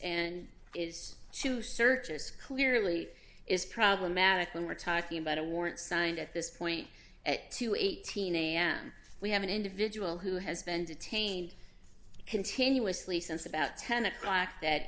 and is two searches clearly is problematic when we're talking about a warrant signed at this point two eighteen am we have an individual who has been detained continuously since about ten o'clock that